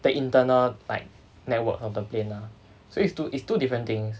the internal like network of the plane ah so it's two it's two different things